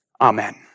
Amen